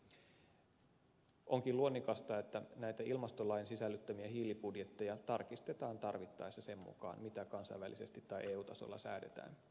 onkin luonnikasta että näitä ilmastolakiin sisällytettyjä hiilibudjetteja tarkistetaan tarvittaessa sen mukaan mitä kansainvälisesti tai eu tasolla säädetään